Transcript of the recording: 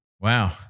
Wow